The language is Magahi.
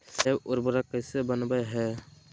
जैव उर्वरक कैसे वनवय हैय?